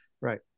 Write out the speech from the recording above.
Right